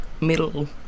middle